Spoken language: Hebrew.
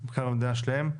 כאן במדינה שלהם,